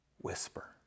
whisper